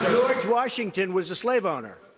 george washington was a slave owner.